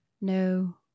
No